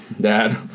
Dad